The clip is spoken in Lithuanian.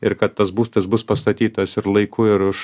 ir kad tas būstas bus pastatytas ir laiku ir už